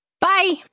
Bye